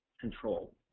control